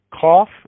Cough